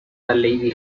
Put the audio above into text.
lady